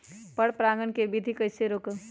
पर परागण केबिधी कईसे रोकब?